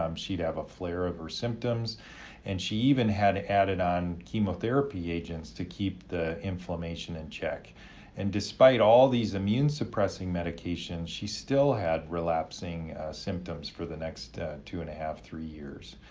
um she'd have a flare of her symptoms and she even had added on chemotherapy agents to keep the inflammation in check and despite all these immune suppressing medications, she still had relapsing symptoms for the next two and a half, three years.